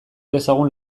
dezagun